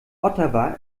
ottawa